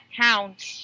counts